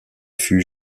fut